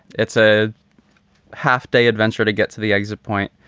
it's a half day adventure to get to the exit point.